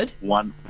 one